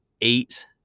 eight